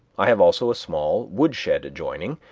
i have also a small woodshed adjoining,